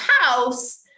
house